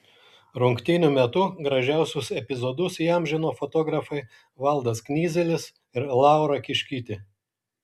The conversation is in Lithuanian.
rungtynių metu gražiausius epizodus įamžino fotografai valdas knyzelis ir laura kiškytė